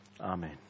Amen